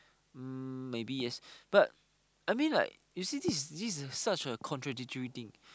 um maybe yes but I mean like you see this is this is such a contradictory thing